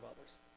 others